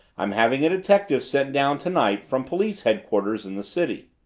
i'm having a detective sent down tonight from police headquarters in the city.